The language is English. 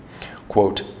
Quote